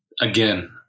again